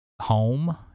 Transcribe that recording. home